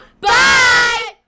Bye